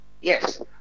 yes